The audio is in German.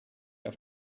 auf